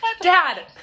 Dad